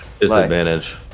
disadvantage